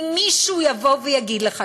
אם מישהו יגיד לך,